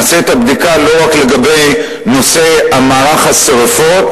נעשה את הבדיקה לא רק לגבי מערך השרפות